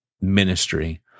ministry